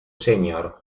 senior